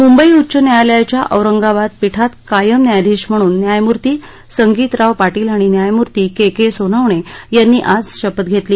मुंबई उच्च न्यायालयाच्या औरंगाबाद पीठात कायम न्यायाधीश म्हणून न्यायमूर्ती संगीतराव पाटील आणि न्यायमूर्ती के के सोनवणे यांनी आज शपथ घेतली